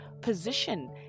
position